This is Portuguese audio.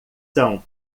são